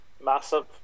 Massive